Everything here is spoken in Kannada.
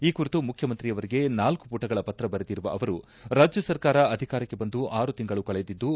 ಈ ಕುರಿತು ಮುಖ್ಯಮಂತ್ರಿಯವರಿಗೆ ನಾಲ್ಕು ಮಟಗಳ ಪತ್ರ ಬರೆದಿರುವ ಅವರು ರಾಜ್ಯ ಸರ್ಕಾರ ಅಧಿಕಾರಕ್ಕೆ ಬಂದು ಆರು ತಿಂಗಳು ಕಳೆದಿದ್ದು